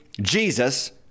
Jesus